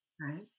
right